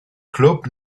club